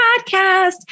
podcast